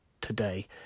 today